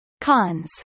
Cons